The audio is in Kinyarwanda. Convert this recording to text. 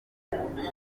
yakomeje